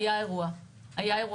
היה האירוע ב-2017.